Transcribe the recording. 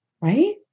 right